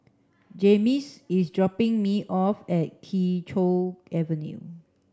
Jaymes is dropping me off at Kee Choe Avenue